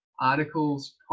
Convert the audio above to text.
Articles